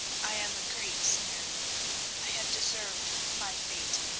i am a great sinner i have deserved my fate.